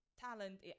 talent